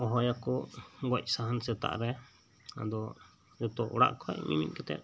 ᱦᱚᱦᱚᱭᱟᱠᱚ ᱜᱚᱡᱽ ᱥᱟᱦᱟᱱ ᱥᱮᱛᱟᱜ ᱨᱮ ᱟᱫᱚ ᱡᱚᱛᱚ ᱚᱲᱟᱜ ᱠᱷᱚᱡ ᱢᱤᱢᱤᱫ ᱠᱟᱛᱮ